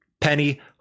Penny